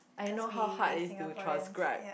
I know how hard is to transcribe